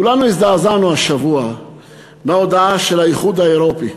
כולנו הזדעזענו השבוע מההודעה של האיחוד האירופי.